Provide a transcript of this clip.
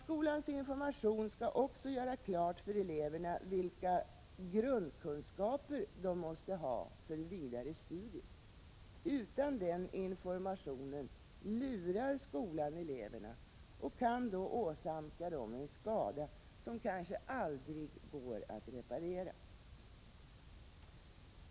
Skolans information skall också göra klart för eleverna vilka grundkunskaper de måste ha för vidare studier. Utan den informationen lurar skolan eleverna och kan åsamka dem en skada, som kanske aldrig går att reparera.